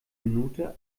minute